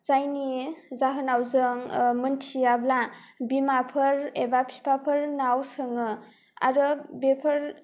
जायनि जाहोनाव जों मिन्थियाब्ला बिमाफोर एबा बिफाफोरनाव सोङो आरो बेफोर